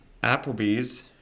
Applebee's